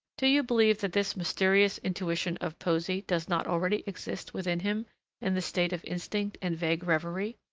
do you believe that this mysterious intuition of poesy does not already exist within him in the state of instinct and vague revery?